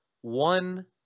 One